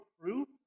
proof